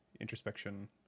introspection